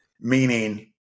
meaning